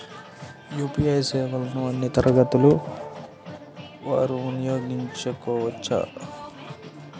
UPI సేవలని అన్నీ తరగతుల వారు వినయోగించుకోవచ్చా?